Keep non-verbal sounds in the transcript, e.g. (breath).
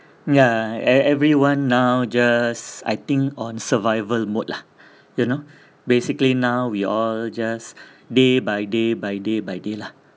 ya e~ everyone now just I think on survival mode lah (breath) you know (breath) basically now we all just day by day by day by day lah